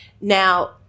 Now